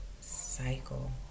cycle